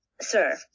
sir